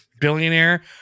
billionaire